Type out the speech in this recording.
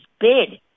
bid